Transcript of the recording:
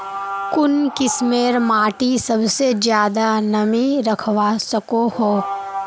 कुन किस्मेर माटी सबसे ज्यादा नमी रखवा सको हो?